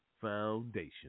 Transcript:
foundation